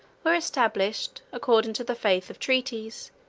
were established, according to the faith of treaties,